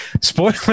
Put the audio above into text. spoiler